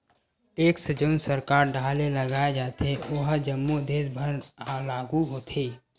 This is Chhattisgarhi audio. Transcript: टेक्स जउन सरकार डाहर ले लगाय जाथे ओहा जम्मो देस बर लागू होथे